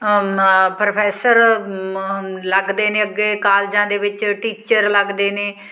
professor ਲੱਗਦੇ ਨੇ ਅੱਗੇ ਕਾਲਜਾਂ ਦੇ ਵਿੱਚ ਟੀਚਰ ਲੱਗਦੇ ਨੇ